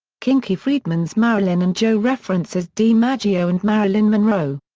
kinky friedman's marilyn and joe references dimaggio and marilyn monroe.